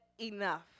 enough